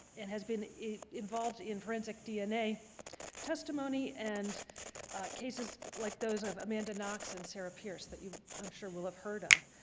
and has been involved in forensic dna testimony and cases like those of amanda knox and sarah pierce, that i'm um sure will have heard of.